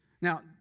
Now